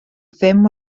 ddim